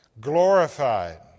glorified